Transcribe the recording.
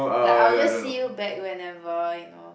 like I would just see you back whenever you know